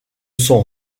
sont